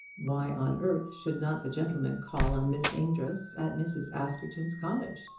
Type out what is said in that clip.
why on earth should not the gentleman call on miss amedroz at mrs. askerton's cottage.